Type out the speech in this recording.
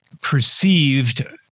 perceived